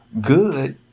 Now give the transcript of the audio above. good